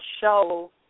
show